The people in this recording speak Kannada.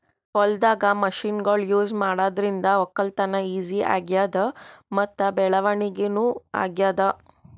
ಹೊಲ್ದಾಗ್ ಮಷಿನ್ಗೊಳ್ ಯೂಸ್ ಮಾಡಾದ್ರಿಂದ ವಕ್ಕಲತನ್ ಈಜಿ ಆಗ್ಯಾದ್ ಮತ್ತ್ ಬೆಳವಣಿಗ್ ನೂ ಆಗ್ಯಾದ್